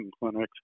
clinics